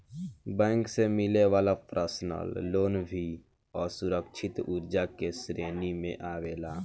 bank से मिले वाला पर्सनल लोन भी असुरक्षित कर्जा के श्रेणी में आवेला